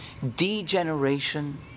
Degeneration